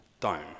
time